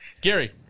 Gary